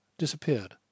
disappeared